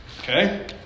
okay